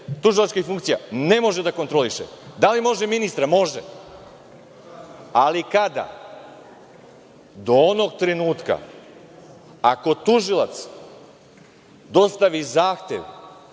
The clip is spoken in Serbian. tužilačkih funkcija? Ne može da kontroliše. Da li može ministra? Može, ali kada? Do onog trenutka ako tužilac dostavi zahtev